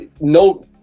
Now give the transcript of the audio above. no